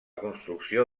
construcció